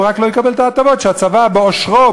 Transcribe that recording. הוא רק לא יקבל את ההטבות שהצבא בעושרו,